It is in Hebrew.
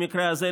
במקרה הזה,